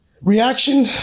Reaction